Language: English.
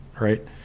right